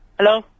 Hello